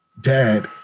Dad